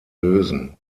lösen